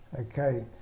Okay